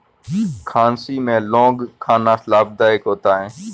खांसी में लौंग खाना लाभदायक होता है